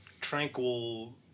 tranquil